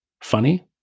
Funny